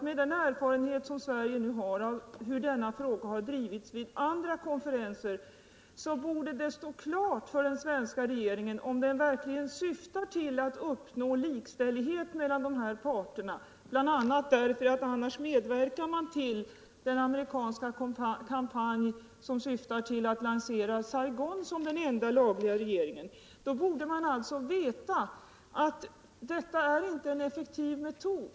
Med den erfarenhet som Sverige nu har av hur denna fråga har drivits vid andra konferenser tycker jag, att det borde stå klart för den svenska regeringen hur man skall handla om man verkligen syftar till att uppnå likställdhet mellan de här parterna. Om man inte handlar i detta syfte medverkar man i den amerikanska kampanj som syftar till att lansera Saigon som den enda lagliga regeringen. Svenska regeringen borde veta att vad som nu föreslagits inte är en effektiv metod.